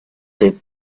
the